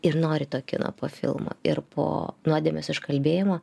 ir nori to kino po filmo ir po nuodėmės užkalbėjimo